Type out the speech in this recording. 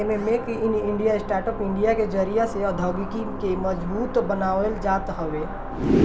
एमे make in India, startup India के जरिया से औद्योगिकी के मजबूत बनावल जात हवे